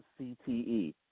CTE